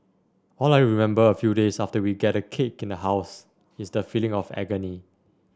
all I remember a few days after we get a cake in the house is the feeling of agony